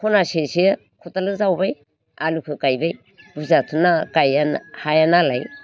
खनासेसो खदालजों जावबाय आलुखौ गायबाय बुरजाथ' गाया हाया नालाय